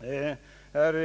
på orten.